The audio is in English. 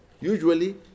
usually